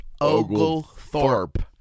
Oglethorpe